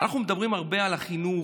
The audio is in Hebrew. אנחנו מדברים הרבה על החינוך,